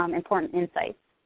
um important insights.